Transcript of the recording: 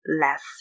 less